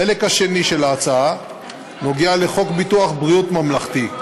החלק השני של ההצעה נוגע לחוק ביטוח בריאות ממלכתי.